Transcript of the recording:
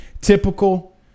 typical